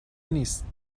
نیست